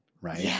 right